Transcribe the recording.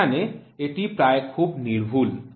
এখানে এটি প্রায় খুব নির্ভুল